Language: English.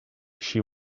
she